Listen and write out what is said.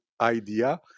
idea